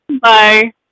Bye